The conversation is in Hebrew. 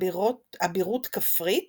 אבירות כפרית